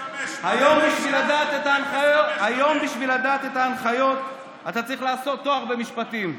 היום בשביל לדעת את ההנחיות אתה צריך לעשות תואר במשפטים.